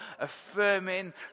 affirming